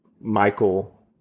Michael